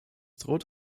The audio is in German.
droht